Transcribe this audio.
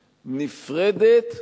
נפרדת,